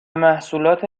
محصولات